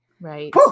Right